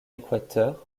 équateur